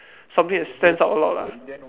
something that stands out a lot lah